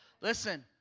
Listen